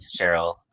Cheryl